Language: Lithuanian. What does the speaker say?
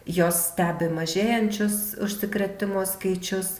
jos stebi mažėjančius užsikrėtimo skaičius